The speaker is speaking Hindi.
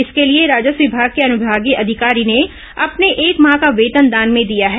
इसके लिए राजस्व विभाग के अनुविभागीय अधिकारी ने अपने एक माह का वेतन दान में दिया है